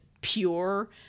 pure